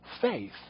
faith